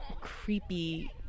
creepy